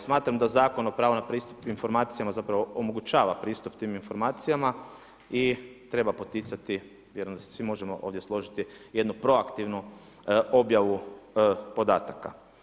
Smatram da Zakon o pravu na pristup informacijama zapravo omogućava pristup tim informacijama i treba poticati, vjerujem da se svi možemo ovdje složiti, jednu proaktivnu objavu podataka.